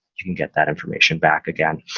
you can get that information back again.